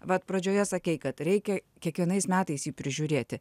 vat pradžioje sakei kad reikia kiekvienais metais jį prižiūrėti